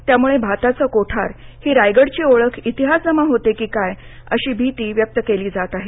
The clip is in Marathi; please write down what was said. त्यामुळे भाताचं कोठार ही रायगडची ओळख इतिहासजमा होते की काय अशी भिती व्यक्त केली जात आहे